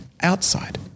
outside